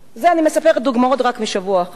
אלה דוגמאות רק מהשבוע האחרון.